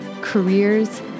careers